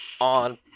on